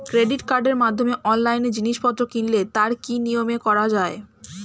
Credit কার্ডের মাধ্যমে অনলাইনে জিনিসপত্র কিনলে তার কি নিয়মে করা যায়?